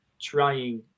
trying